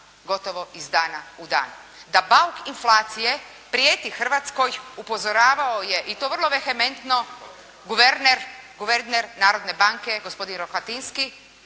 gotovo iz dana u dan. Da bauk inflacije prijeti Hrvatskoj upozoravao je i to vrlo vehementno guverner Narodne banke gospodin Rohatinski.